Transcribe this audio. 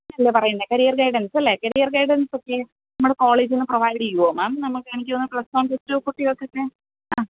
എന്നാ പറയുന്നെ കരിയർ ഗൈഡൻസല്ലേ കരിയർ ഗെയ്ഡൻസൊക്കെ നിങ്ങള് കോളേജില്നിന്ന് പ്രൊവൈഡിയ്യോ മേം നമുക്ക് എനിക്കു തോന്നുന്നു പ്ലസ് വൺ പ്ലസ് റ്റു കുട്ടികൾക്കൊക്കെ ആ